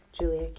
Julia